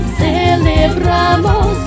celebramos